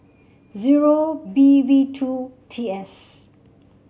zero B V two T S